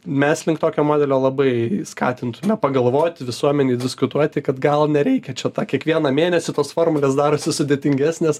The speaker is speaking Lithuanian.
mes link tokio modelio labai skatintume pagalvot visuomenei diskutuoti kad gal nereikia čia tą kiekvieną mėnesį tos formulės darosi sudėtingesnės